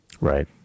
right